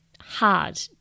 hard